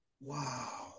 Wow